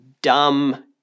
Dumb